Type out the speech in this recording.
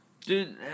dude